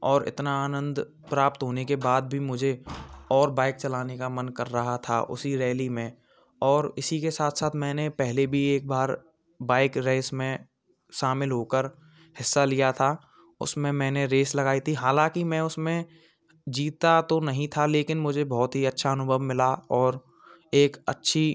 और इतना आनंद प्राप्त होने के बाद भी मुझे और बाइक चलाने का मन कर रहा था उसी रैली में और इसी के साथ साथ मैंने पहले भी एक बार बाइक रेस में शामिल होकर हिस्सा लिया था उसमें मैंने रेस लगाई थी हालाँकि मैं उसमें जीता तो नहीं था लेकिन मुझे बहुत ही अच्छा अनुभव मिला और एक अच्छी